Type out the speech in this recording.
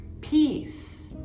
peace